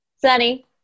Sunny